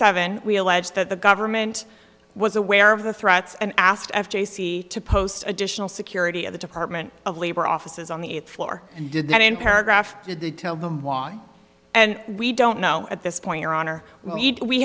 seven we allege that the government was aware of the threats and asked of jaycee to post additional security at the department of labor offices on the eighth floor and did not in paragraph did they tell them why and we don't know at this point your honor we